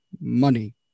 money